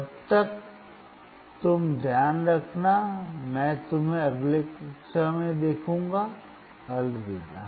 तब तक तुम ध्यान रखना मैं तुम्हें अगली कक्षा में देखूंगा अलविदा